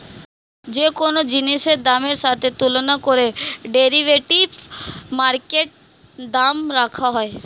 যে কোন জিনিসের দামের সাথে তুলনা করে ডেরিভেটিভ মার্কেটে দাম রাখা হয়